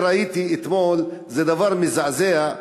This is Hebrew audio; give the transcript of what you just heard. אני ראיתי אתמול, זה דבר מזעזע,